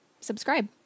subscribe